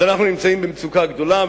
אז אנחנו נמצאים במצוקה גדולה,